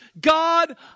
God